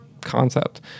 concept—